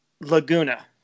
Laguna